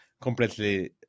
completely